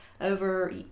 over